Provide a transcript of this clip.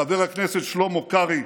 חבר הכנסת שלמה קרעי,